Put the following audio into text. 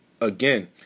again